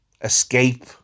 escape